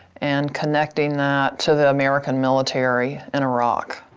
and connecting that to the american military in iraq.